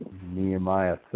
Nehemiah